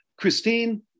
Christine